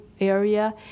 area